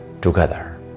together